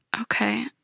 Okay